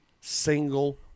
single